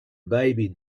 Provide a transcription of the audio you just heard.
baby